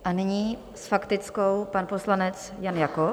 A nyní s faktickou pan poslanec Jan Jakob.